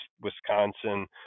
wisconsin